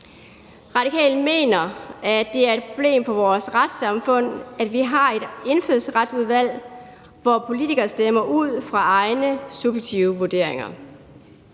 Radikale mener, at det er et problem for vores retssamfund, at vi har et Indfødsretsudvalg, hvor politikere stemmer ud fra egne subjektive vurderinger.